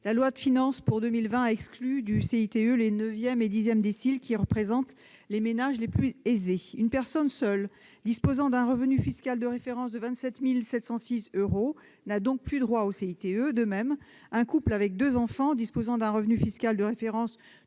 La loi de finances pour 2020 a exclu du CITE les neuvième et dixième déciles, qui représentent les ménages les plus « aisés ». Une personne seule disposant d'un revenu fiscal de référence de 27 706 euros n'a donc plus droit au CITE. De même, un couple avec deux enfants disposant d'un revenu fiscal de référence